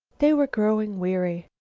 they were growing weary.